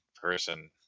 person